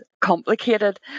complicated